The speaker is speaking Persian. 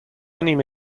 نیمه